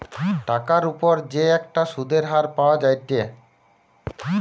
টাকার উপর যে একটা সুধের হার পাওয়া যায়েটে